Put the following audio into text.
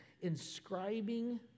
inscribing